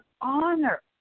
honor